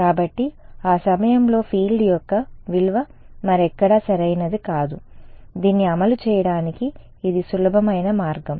కాబట్టి ఆ సమయంలో ఫీల్డ్ యొక్క విలువ మరెక్కడా సరైనది కాదు దీన్ని అమలు చేయడానికి ఇది సులభమైన మార్గం